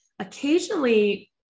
occasionally